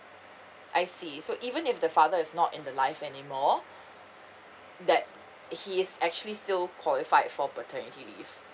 I see so even if the father is not in the life anymore that he is actually still qualified for paternity leave